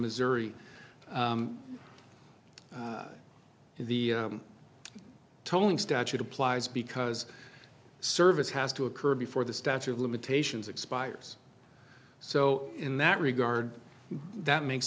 missouri the tolling statute applies because service has to occur before the statute of limitations expires so in that regard that makes